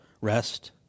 rest